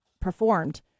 performed